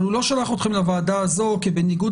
אבל הוא לא שלח אתכם לוועדה הזו כי בניגוד